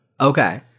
Okay